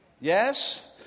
yes